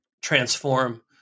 transform